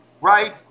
right